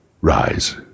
Rise